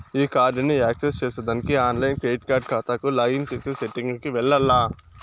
ఈ కార్డుని యాక్సెస్ చేసేదానికి ఆన్లైన్ క్రెడిట్ కార్డు కాతాకు లాగిన్ చేసే సెట్టింగ్ కి వెల్లాల్ల